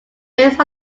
base